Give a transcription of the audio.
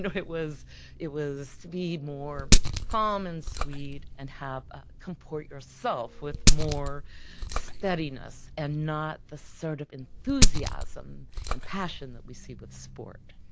it was it was to be more calm and sweet and ah comport yourself with more steadiness and not the sort of enthusiasm and passion that we see with sport